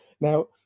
Now